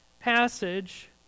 passage